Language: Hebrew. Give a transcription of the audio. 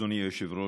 אדוני היושב-ראש,